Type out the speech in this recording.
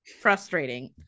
frustrating